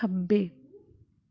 ਖੱਬੇ